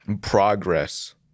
progress